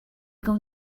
going